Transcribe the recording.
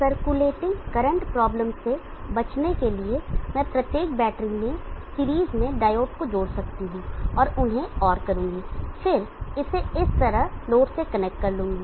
circulating current problem से बचने के लिए मैं प्रत्येक बैटरी में सीरीज में डायोड को जोड़ सकता हूं और उन्हें OR करूंगा और फिर इसे इस तरह लोड से कनेक्ट कर लूंगा